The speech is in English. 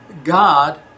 God